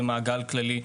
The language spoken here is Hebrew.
ומעגל כללי.